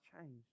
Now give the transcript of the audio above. changed